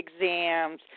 exams